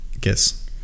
guess